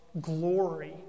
glory